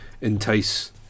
entice